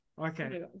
Okay